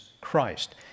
Christ